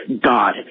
God